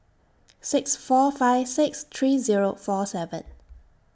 six four five six three Zero four seven